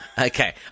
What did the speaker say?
Okay